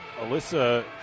Alyssa